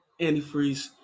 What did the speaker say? antifreeze